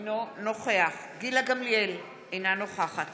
אינו נוכח גילה גמליאל, אינה נוכחת